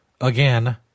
again